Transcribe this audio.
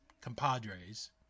compadres